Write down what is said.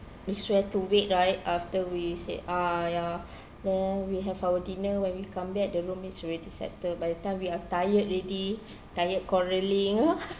we still have to wait right after we say ah ya then we have our dinner when we come back the room is already settled by that time we are tired already tired quarrelling